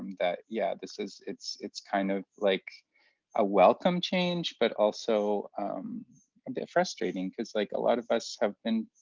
that, yeah, this is, it's it's kind of like a welcome change, but also a bit frustrating. cause like a lot of us have been